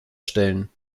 stellen